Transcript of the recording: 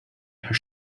her